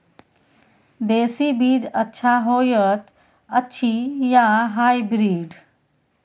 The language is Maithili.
देसी बीज अच्छा होयत अछि या हाइब्रिड?